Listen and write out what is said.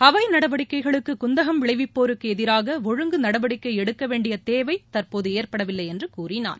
அவை நடவடிக்கைகளுக்கு குந்தகம் விளைவிப்போருக்கு எதிராக ஒழுங்கு நடவடிக்கை எடுக்க வேண்டிய தேவை தற்போது ஏற்படவில்லை என்று கூறினார்